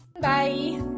Bye